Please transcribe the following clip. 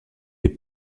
est